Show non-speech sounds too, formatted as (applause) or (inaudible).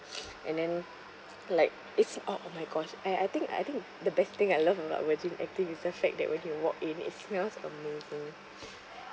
(noise) and then like it's oh oh my gosh I I think I think the best thing I love about my gym I think is the fact that when you walk in it smells amazing